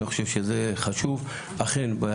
אני חשוב שזה חשוב,